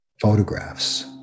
Photographs